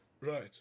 Right